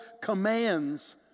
commands